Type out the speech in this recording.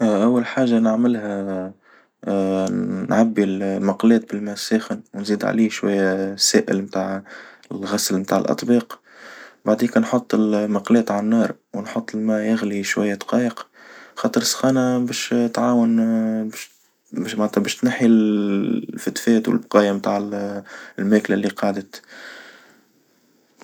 أول حاجة نعملها نعبي المقلاة بالماء الساخن ونزيد عليه شوية سائل نتاع الغسل نتاع الأطباق، بعديك نحط المقلاة ع النار ونحط الما يغلي شوية دقايق، خاطر السخانة باش تعاون باش معنتها باش تنحي الفتفات والبقايا متاع الماكلة اللي قعدت.